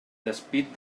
despit